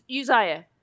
Uzziah